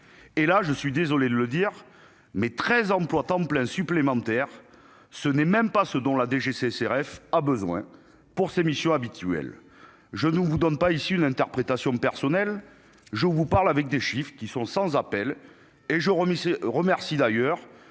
et là je suis désolé de le dire, mais 13 emplois temps plein supplémentaires, ce n'est même pas ce dont la DGCCRF a besoin pour ses missions habituelles, je ne vous donne pas ici une interprétation personnelle, je vous parle, avec des chiffres qui sont sans appel et je vomissais remercie d'ailleurs